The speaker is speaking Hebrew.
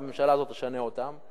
הממשלה הזאת תשנה אותם,